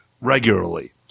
regularly